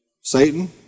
Satan